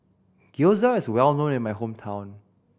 gyoza is well known in my hometown